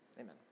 amen